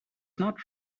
not